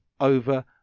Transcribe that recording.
over